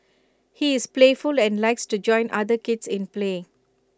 he is playful and likes to join other kids in play